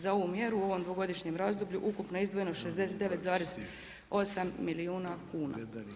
Za ovu mjeru u ovom dvogodišnjem razdoblju ukupno je izdvojeno 69,8 milijuna kuna.